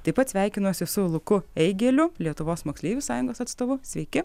taip pat sveikinosi su luku eigėliu lietuvos moksleivių sąjungos atstovu sveiki